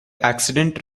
accident